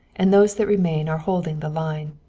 and those that remain are holding the line.